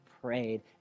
prayed